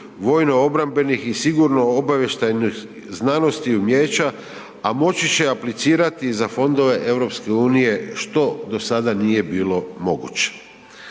vojno-obrambenih i sigurno-obavještajnih znanosti i umijeća, a moći će aplicirati i za fondove EU, što do sada nije bilo moguće.